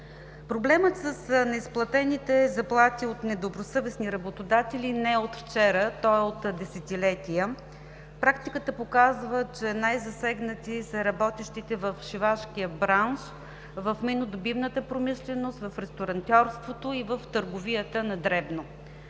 Проблемът с неизплатените заплати от недобросъвестни работодатели не е от вчера. Той е от десетилетия. Практиката показва, че най-засегнати са работещите в шивашкия бранш, в миннодобивната промишленост, в ресторантьорството и в търговията на дребно.